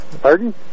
Pardon